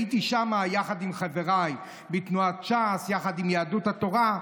הייתי שם יחד עם חבריי מתנועת ש"ס ויחד עם יהדות התורה.